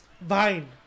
Vine